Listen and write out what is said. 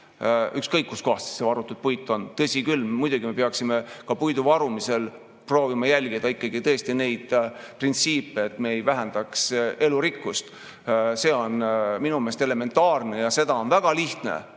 ükskõik kust kohast see puit varutud on. Tõsi küll, muidugi me peaksime ka puidu varumisel proovima jälgida ikkagi tõesti teatud printsiipe, et me ei vähendaks elurikkust. See on minu meelest elementaarne ja seda on väga lihtne